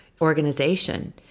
organization